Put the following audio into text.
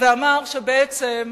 ואמר שבעצם